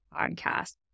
podcast